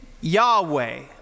Yahweh